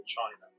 China